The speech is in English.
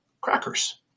Crackers